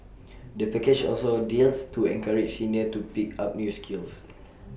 the package also has deals to encourage seniors to pick up new skills